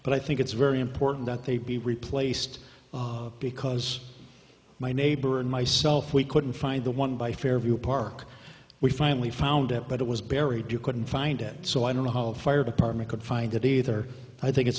but i think it's very important that they be replaced because my neighbor and myself we couldn't find the one by fairview park we finally found it but it was buried you couldn't find it so i don't know how a fire department could find it either i think it's